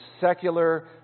secular